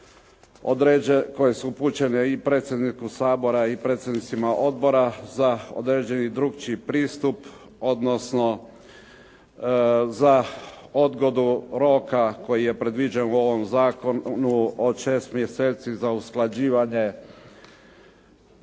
koje su upućene i predsjedniku Sabora i predsjednicima odbora za određeni drukčiji pristup, odnosno za odgodu roka koji je predviđen u ovom zakonu od 6 mjeseci za usklađivanje